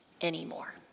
anymore